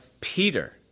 Peter